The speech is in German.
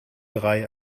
drei